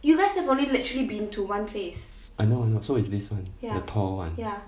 I know I know the tall one